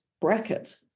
bracket